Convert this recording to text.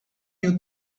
new